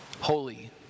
holy